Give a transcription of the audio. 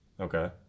Okay